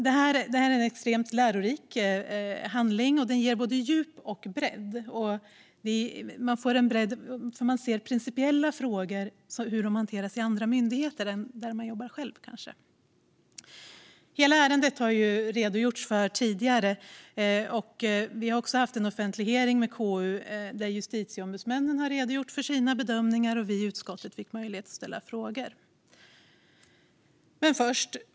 Det här är en extremt lärorik handling, och den ger både djup och bredd. Man får se hur principiella frågor hanteras i andra myndigheter än där man jobbar själv. Hela ärendet har redogjorts för tidigare, och KU har också haft en offentlig hearing där justitieombudsmannen redogjorde för sina bedömningar och vi i utskottet fick möjlighet att ställa frågor.